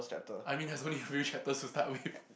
I mean there's only a few chapters to start with